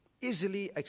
easily